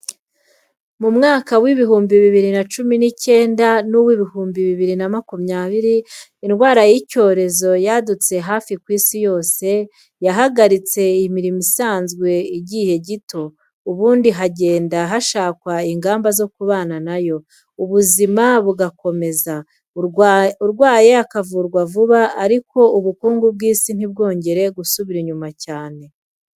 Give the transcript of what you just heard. Mu mwaka w'ibihumbi bibiri na cumi n'icyenda n'uw'ibihumbi bibiri na makumyabiri, indwara y'icyorezo yadutse hafi ku Isi yose, yahagaritse imirimo isanzwe igihe gito, ubundi hagenda hashakwa ingamba zo kubana na yo, ubuzima bugakomeza, urwaye akavurwa vuba, ariko ubukungu bw'Isi ntibwongere gusubira inyuma cyane.